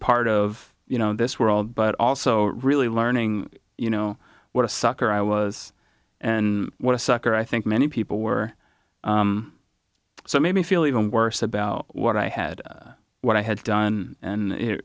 part of you know this world but also really learning you know what a sucker i was and what a sucker i think many people were so made me feel even worse about what i had what i had done and it